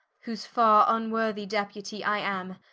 whose farre-vnworthie deputie i am,